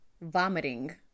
vomiting